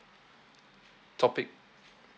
topic